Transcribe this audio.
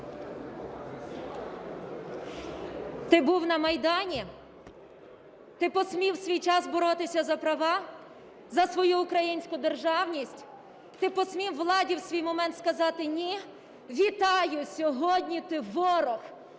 Ти був на Майдані? Ти посмів в свій час боротися за права, за свою українську державність? Ти посмів владі в свій момент сказати "ні"? Вітаю, сьогодні ти – ворог.